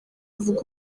avuga